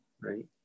right